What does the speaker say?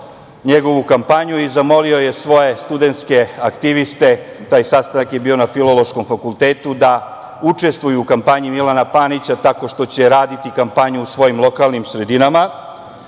njegovu kampanju i zamolio je svoje studentske aktiviste, taj sastanak je bio na Filološkom fakultetu, da učestvuju u kampanji Milana Panića tako što će raditi kampanju u svojim lokalnim sredinama.